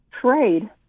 trade